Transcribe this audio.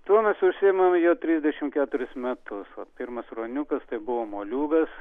tuo mes užsiimam jau trisdešimt keturis metus o pirmas ruoniukas tai buvo moliūgas